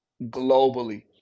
globally